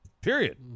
period